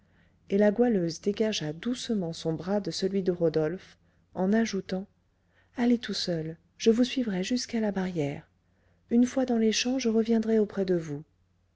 et la goualeuse dégagea doucement son bras de celui de rodolphe en ajoutant allez tout seul je vous suivrai jusqu'à la barrière une fois dans les champs je reviendrai auprès de vous